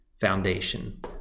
foundation